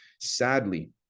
sadly